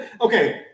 Okay